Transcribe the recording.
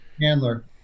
Handler